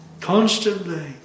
constantly